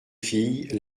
filles